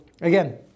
again